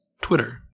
Twitter